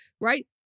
Right